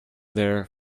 there